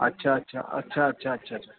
अच्छा अच्छा अच्छा अच्छा अच्छा अच्छा